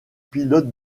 pilote